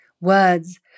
Words